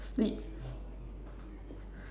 sleep